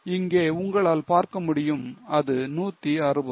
இங்கே உங்களால் பார்க்க முடியும் அது 160